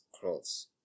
clothes